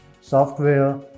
software